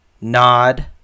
nod